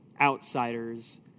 outsiders